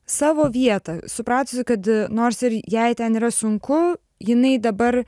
savo vietą supratusi kad nors ir jai ten yra sunku jinai dabar